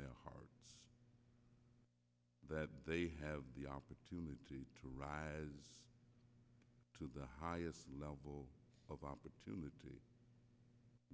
their heart that they have the opportunity to rise to the highest level of opportunity